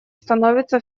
становится